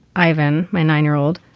ivan, my nine year old,